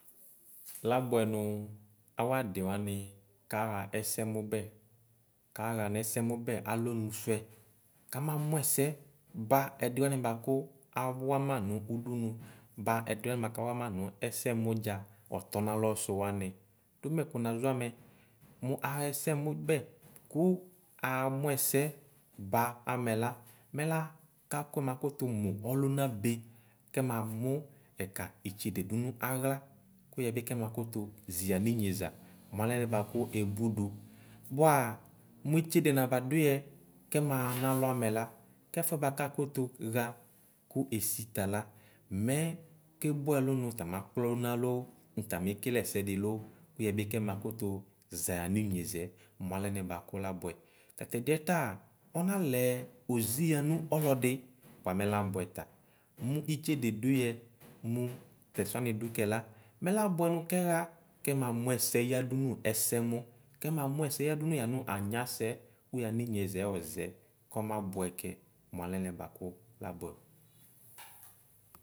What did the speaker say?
Labʋɛ nʋ awadi wani kaxa ɛsɛmʋbɛ kaxa nɛsɛmʋbɛ alɔnʋ sʋɛ kama mʋ ɛsɛ ba ɛdiwani bʋakʋ awano ʋdʋnʋ ba ɛdiwani kanvama nʋ ɛsɛmʋdza ɔtɔnalɔ sʋ wani domɛ ko nazɔ amɛ mʋ axɛsɛmʋbɛ ko amʋ ɛsɛ ba amɛ la mɛ laka kʋ nakʋtʋ mʋ ɔlʋna be kɛma mʋ ɛga itsede donʋ aɣla kʋyɛbi kɛ makotʋ zi yanʋ inyeza mʋ alɛnɛ ko ebʋdʋ bʋa mʋ itsede rabadʋ ya kɛmaxa nalɔ amɛla kɛfʋɛ bʋakʋ akʋtʋ xa kʋ esi tala mɛ kebʋ ɛlʋ nʋ tamakpa ɔlʋna loo nʋtamekele ɛsɛde loo kʋ yɛbi kɛ makʋtu za yaninyezɛ mʋ alɛnɛ bʋak labʋɛ tatɛdiɛ ta ɔnalɛ ozi yanʋ ɔlɛde bʋa mɛ labʋɛ ta mʋ itsede do yɛ more tɛsɛ wani dʋyɛ la mɛ labʋɛ no kɛxa kɛmamʋ ɛsɛ yadʋ nʋ ɛsɛmʋ kɛmamʋ ɛsɛ dʋnʋ yanʋ anyasɛɛ kʋ yanʋ inyezɛ ayo ɔzɛ kɔma bʋɛkɛ mʋ alɛnɛ bʋɛkʋ labʋɛ.